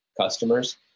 customers